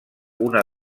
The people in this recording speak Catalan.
una